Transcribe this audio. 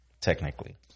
technically